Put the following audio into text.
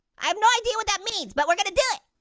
i have no idea what that means, but we're gonna do it.